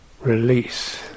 release